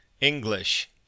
English